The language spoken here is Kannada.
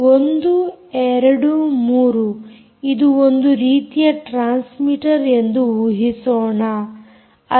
1 2 3 ಇದು ಒಂದು ರೀತಿಯ ಟ್ಯ್ರಾನ್ಸ್ಮೀಟರ್ ಎಂದು ಊಹಿಸೋಣ